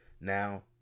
Now